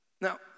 Now